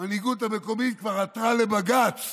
המנהיגות המקומית כבר עתרה לבג"ץ